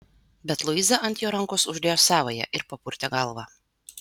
bet luiza ant jo rankos uždėjo savąją ir papurtė galvą